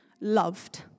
loved